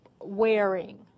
wearing